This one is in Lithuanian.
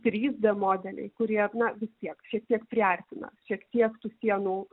trys d modeliai kurie na vis tiek šiek tiek priartina šiek tiek tų sienų